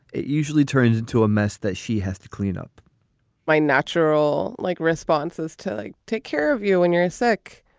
it usually turns into a mess that she has to clean up my natural like response is to like take care of you when you're sick,